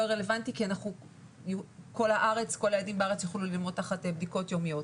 יהיה רלוונטי כי כל הילדים בארץ יוכלו ללמוד תחת בדיקות יומיות.